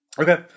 okay